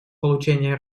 получения